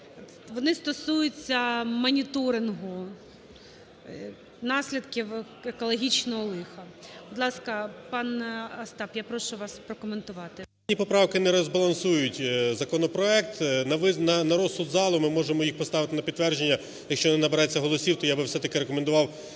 вони стосується моніторингу наслідків екологічного лиха. Будь ласка, пане Остап, я прошу вас прокоментувати. 13:42:49 ЄДНАК О.В. Ці поправки не розбалансують законопроект. На розсуд залу ми можемо їх поставити на підтвердження, якщо не набереться голосів, то я би все-таки рекомендував